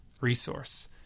resource